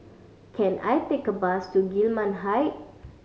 can I take a bus to Gillman Height